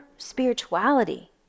spirituality